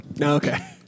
Okay